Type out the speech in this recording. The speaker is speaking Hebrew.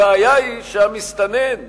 הבעיה היא שהמסתנן נכנס,